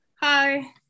hi